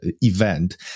event